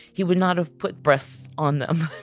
he would not have put breasts on them.